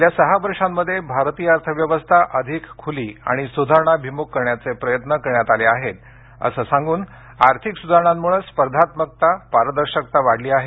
गेल्या सहा वर्षांमध्ये भारतीय अर्थव्यवस्था अधिक खुली आणि सुधारणाभिमुख करण्याचे प्रयत्न करण्यात आले आहेत असं सांगून आर्थिक सुधारणांमुळे स्पर्धात्मकता पारदर्शकता वाढलीआहे